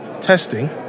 testing